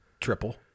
triple